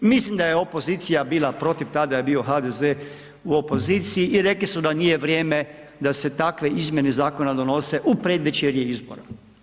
Mislim da je opozicija bila protiv, tada je bio HDZ u opoziciji i rekli su da nije vrijeme da se takve izmjene zakona donose u predvečerje izbora.